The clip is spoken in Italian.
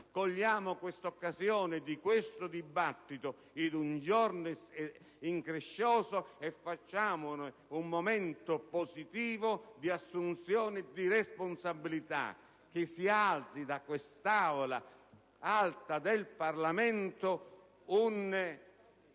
Cogliamo l'occasione di questo dibattito in un giorno increscioso e facciamone un momento positivo di assunzione di responsabilità. Che si alzi da questa Camera alta del Parlamento un